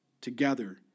together